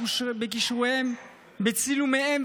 בכישוריהם ובצילומיהם,